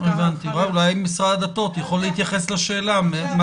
אולי משרד הדתות יכול להתייחס לשאלה מה